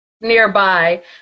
nearby